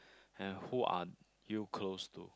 and who are you close to